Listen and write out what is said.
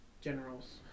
generals